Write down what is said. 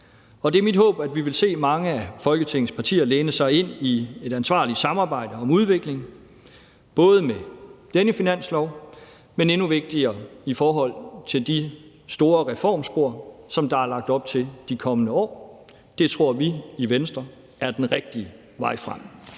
og det er mit håb, at vi vil se mange af Folketingets partier læne sig ind i et ansvarligt samarbejde om udvikling, både med denne finanslov, men endnu vigtigere i forhold til de store reformspor, som der er lagt op til i de kommende år. Det tror vi i Venstre er den rigtige vej frem.